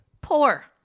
poor